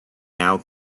now